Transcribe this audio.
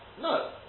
no